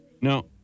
No